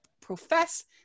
profess